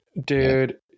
Dude